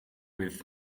with